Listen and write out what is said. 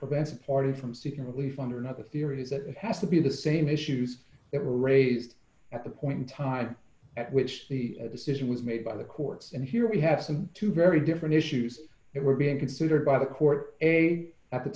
the best part is from seeking relief under another theory does it have to be the same issues that were raised at the point in time at which the decision was made by the courts and here we have some two very different issues that were being considered by the court a at the